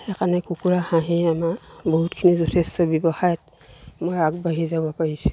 সেইকাৰণে কুকুৰা হাঁহেই আমাৰ বহুতখিনি যথেষ্ট ব্যৱসায়ত মই আগবাঢ়ি যাব পাৰিছোঁ